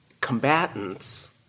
combatants